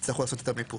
יצטרכו לעשות את המיפוי.